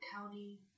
County